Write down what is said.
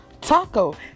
taco